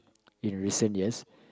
in recent years